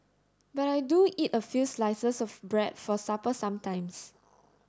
but I do eat a few slices of bread for supper sometimes